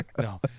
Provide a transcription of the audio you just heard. No